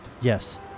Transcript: Yes